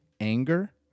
anger